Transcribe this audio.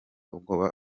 ubwoba